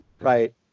Right